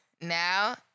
Now